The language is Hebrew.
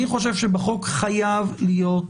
ולדעתי, בחוק חייב להיות